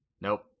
Nope